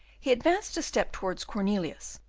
he advanced a step towards cornelius,